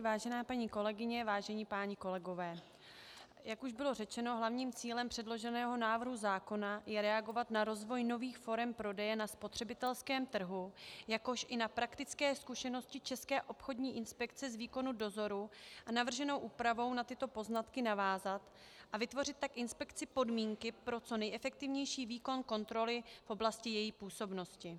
Vážené paní kolegyně, vážení páni kolegové, jak už bylo řečeno, hlavním cílem předloženého návrhu zákona je reagovat na rozvoj nových forem prodeje na spotřebitelském trhu, jakož i na praktické zkušenosti České obchodní inspekce z výkonu dozoru a navrženou úpravou na tyto poznatky navázat a vytvořit tak inspekci podmínky pro co nejefektivnější výkon kontroly v oblasti její působnosti.